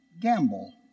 Gamble